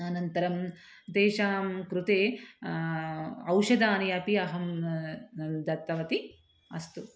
अनन्तरं तेषां कृते औषधानि अपि अहं दत्तवती अस्तु